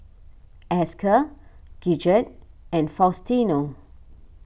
Esker Gidget and Faustino